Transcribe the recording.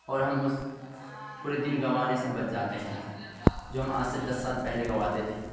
اور ہم اس پورے دن گنوانے سے بچ جاتے ہیں جو ہم آج سے دس سال پہلے گنواتے تھے